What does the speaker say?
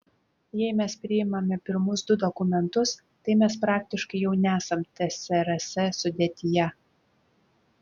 jei mes priimame pirmus du dokumentus tai mes praktiškai jau nesam tsrs sudėtyje